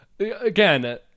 Again